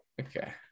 Okay